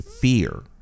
fear